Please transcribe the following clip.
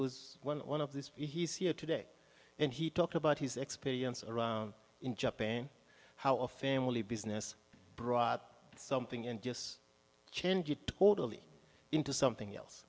was one of these he's here today and he talked about his experience around in japan how a family business brought something in just change it totally into